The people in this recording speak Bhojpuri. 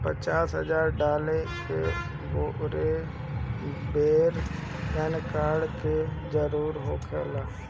पचास हजार डाले के बेर पैन कार्ड के जरूरत होला का?